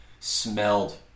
smelled